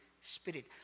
Spirit